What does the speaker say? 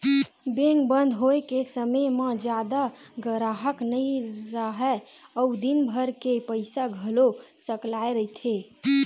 bank बंद होए के समे म जादा गराहक नइ राहय अउ दिनभर के पइसा घलो सकलाए रहिथे